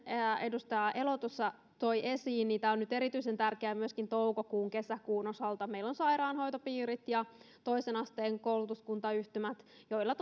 edustaja elo tuossa toi esiin tämä on nyt erityisen tärkeää myöskin toukokuun ja kesäkuun osalta meillä on sairaanhoitopiirit ja toisen asteen koulutuskuntayhtymät joilla